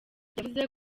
yavuze